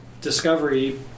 Discovery